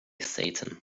satan